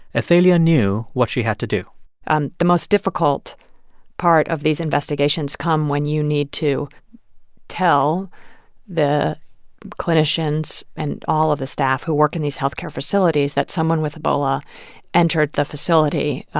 athalia knew what she had to do and the most difficult part of these investigations come when you need to tell the clinicians and all of the staff who work in these health care facilities that someone with ebola entered the facility.